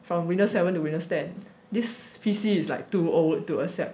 from windows seven to windowns ten this P_C is like too old to accept